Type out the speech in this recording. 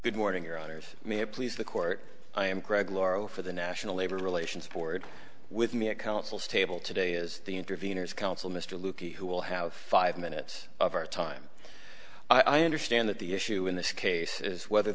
good morning your honor if i may please the court i am greg lauro for the national labor relations board with me at counsel's table today is the intervenors counsel mr looky who will have five minutes of our time i understand that the issue in this case is whether